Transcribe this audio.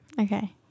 Okay